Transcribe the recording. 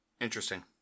Interesting